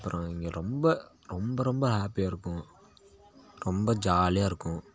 அப்புறம் இங்க ரொம்ப ரொம்ப ரொம்ப ஹேப்பியாக இருக்கும் ரொம்ப ஜாலியாக இருக்கும்